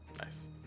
Nice